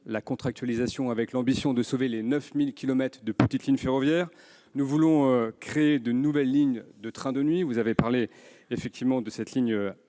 la contractualisation avec l'ambition de sauver les 9 000 kilomètres de petites lignes ferroviaires. Nous voulons créer de nouvelles lignes de trains de nuit- vous avez mentionné cette ligne